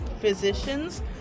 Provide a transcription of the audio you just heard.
physicians